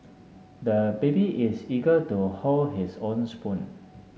the baby is eager to hold his own spoon